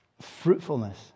fruitfulness